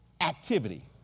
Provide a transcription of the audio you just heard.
activity